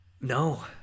No